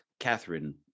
Catherine